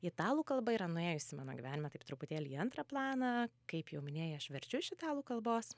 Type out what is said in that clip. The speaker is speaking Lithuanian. italų kalba yra nuėjusi mano gyvenime taip truputėlį į antrą planą kaip jau minėjai aš verčiu iš italų kalbos